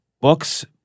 books